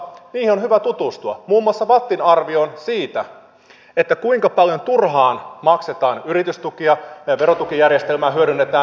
niihin on hyvä tutustua muun muassa vattin arvioon siitä kuinka paljon turhaan maksetaan yritystukia verotukijärjestelmää hyödynnetään